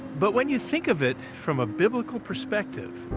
but when you think of it from a biblical perspective,